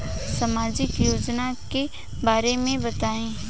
सामाजिक योजना के बारे में बताईं?